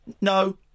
no